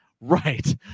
right